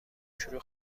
شروع